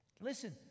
listen